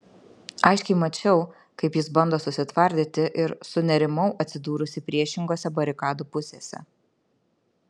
aiškiai mačiau kaip jis bando susitvardyti ir sunerimau atsidūrusi priešingose barikadų pusėse